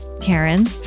Karen